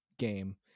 game